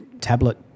tablet